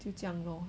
就这样 lor